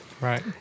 Right